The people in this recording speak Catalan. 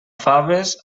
faves